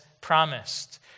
promised